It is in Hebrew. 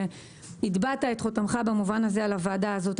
הטבעת את חותמך במובן הזה בוועדה הזאת.